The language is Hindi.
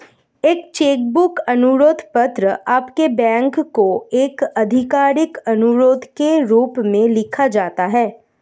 एक चेक बुक अनुरोध पत्र आपके बैंक को एक आधिकारिक अनुरोध के रूप में लिखा जाता है